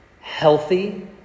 healthy